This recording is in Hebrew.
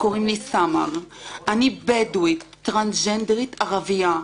אני בדואית, טרנסג'נדרית ערבייה.